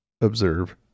observe